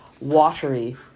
Watery